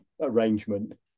arrangement